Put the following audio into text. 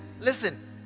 listen